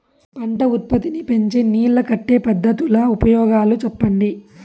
పంట ఉత్పత్తి నీ పెంచే నీళ్లు కట్టే పద్ధతుల ఉపయోగాలు చెప్పండి?